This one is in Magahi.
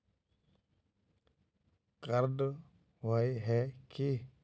कार्ड होय है की?